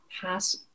pass